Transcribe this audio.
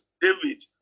David